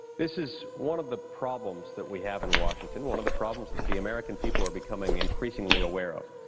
this is one of the problems that we have in washington, one of the problems that the american people are becoming increasingly aware of.